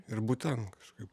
ir būt ten kažkaip